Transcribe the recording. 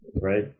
Right